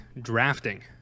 drafting